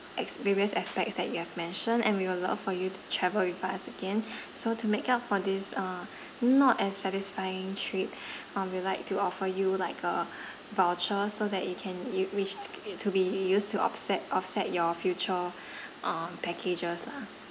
experience aspects that you have mentioned and we will love for you to travel with us again so to make up for this uh not as satisfying trip um we would like to offer you like a voucher so that you can which to be u~ used to offset offset your future um packages lah